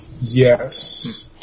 Yes